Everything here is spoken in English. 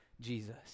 Jesus